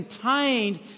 contained